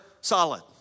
solid